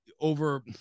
Over